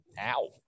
Ow